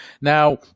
Now